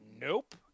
nope